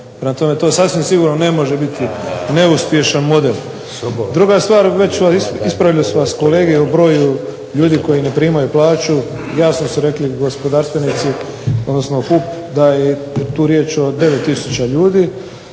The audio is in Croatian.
Prema tome, to sasvim sigurno ne može biti neuspješan model. Druga stvar, reći ću vam, ispravili su vas kolege i u broju ljudi koji ne primaju plaću, jasno su rekli gospodarstvenici, odnosno HUP da je tu riječ o 9 tisuća ljudi.